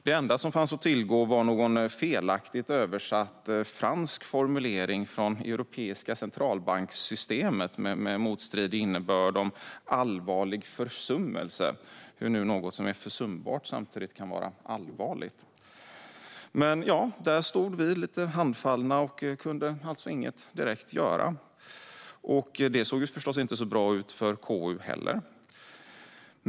Det enda som fanns att tillgå var en felaktigt översatt fransk formulering från Europeiska centralbank-systemet med motstridig innebörd om allvarlig försummelse - hur nu något som är försumbart samtidigt kan vara allvarligt. Där stod vi lite handfallna och kunde alltså inget göra. Det såg förstås inte så bra ut för KU heller.